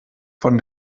von